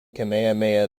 kamehameha